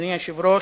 אדוני היושב-ראש,